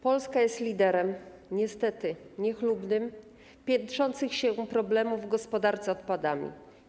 Polska jest liderem, niestety niechlubnym, w zakresie piętrzących się problemów w gospodarce odpadami.